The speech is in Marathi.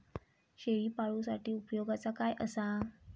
शेळीपाळूसाठी उपयोगाचा काय असा?